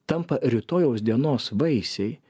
tampa rytojaus dienos vaisiai